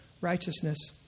righteousness